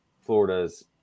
Florida's